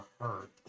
hurt